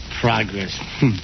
Progress